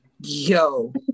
Yo